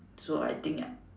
so I think I